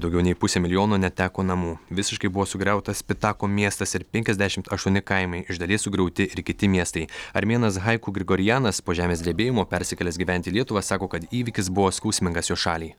daugiau nei pusė milijono neteko namų visiškai buvo sugriautas pitako miestas ir penkiasdešimt aštuoni kaimai iš dalies sugriauti ir kiti miestai armėnas haiku grigorianas po žemės drebėjimo persikėlęs gyventi į lietuvą sako kad įvykis buvo skausmingas jo šaliai